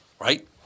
Right